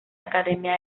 academia